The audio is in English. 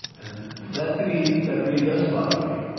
and that really that really does bother me.